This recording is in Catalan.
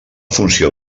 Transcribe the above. funció